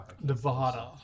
Nevada